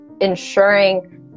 ensuring